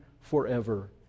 forever